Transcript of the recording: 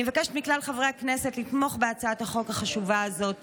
אני מבקש מכלל חברי הכנסת לתמוך בהצעת החוק החשובה הזאת.